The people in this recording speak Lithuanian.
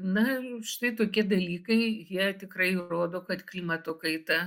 na štai tokie dalykai jie tikrai rodo kad klimato kaita